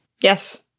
Yes